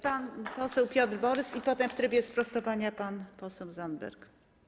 Pan poseł Piotr Borys, a potem w trybie sprostowania pan poseł Zandberg.